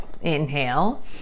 Inhale